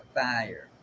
fire